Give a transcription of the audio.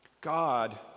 God